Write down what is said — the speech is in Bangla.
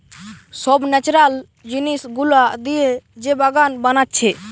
সব ন্যাচারাল জিনিস গুলা দিয়ে যে বাগান বানাচ্ছে